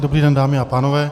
Dobrý den, dámy a pánové.